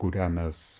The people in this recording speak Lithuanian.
kurią mes